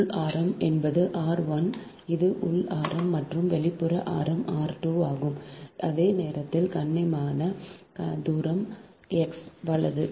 உள் ஆரம் என்பது r 1 இது உள் ஆரம் மற்றும் வெளிப்புற ஆரம் r 2 ஆகும் அதே நேரத்தில் கண்ணியமான தூரம் x வலது